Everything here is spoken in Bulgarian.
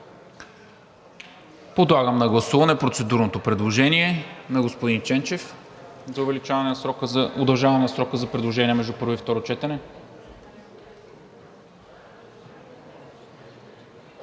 Подлагам на гласуване процедурното предложение на господин Ченчев за удължаване на срока за предложение между първо и второ четене.